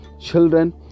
children